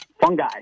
Fungi